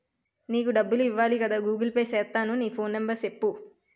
నీకు డబ్బులు ఇవ్వాలి కదా గూగుల్ పే సేత్తాను నీ ఫోన్ నెంబర్ సెప్పు